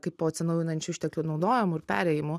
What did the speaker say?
kaipo atsinaujinančių išteklių naudojimu ir perėjimu